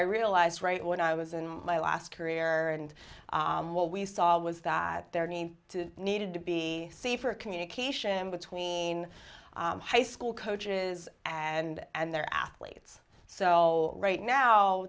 i realized right when i was in my last career and what we saw was that there needs to needed to be safer communication between high school coaches and their athletes so right now